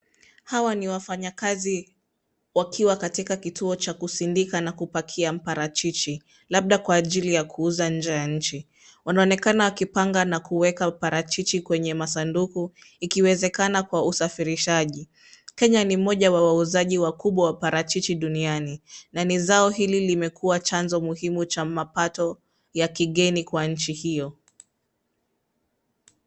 Hawa ni wafanyakazi wakiwa katika kituo cha kusindika na kupakia maparachichi, labda kwa ajili ya kuuza nje ya nchi. Wanaonekana wakipanga na kuweka maparachichi kwenye matanduku, ikiwezekana kwa usafirishaji. Kenya ni moja ya wauzaji wakubwa wa maparachichi duniani, na zao hili limekuwa chanzo muhimu cha mapato ya kigeni kwa nchi hiyo.